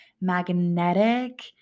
magnetic